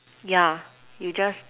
yeah you just